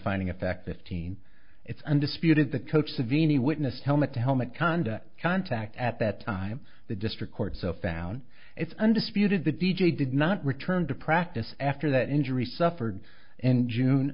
finding effect the fifteen it's undisputed the coach the vini witnessed helmet to helmet conduct contact at that time the district court so found it's undisputed the d j did not return to practice after that injury suffered in june